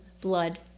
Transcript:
blood